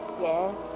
Yes